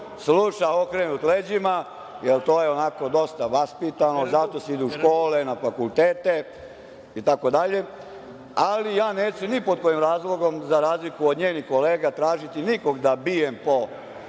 sluša okrenut leđima, jer to je onako dosta vaspitano, za to se ide u škole, na fakultete itd. Ali neću ni pod kojim razlogom, za razliku od njenih kolega, tražiti nikog da bijem po